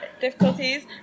difficulties